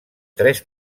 tres